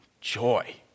Joy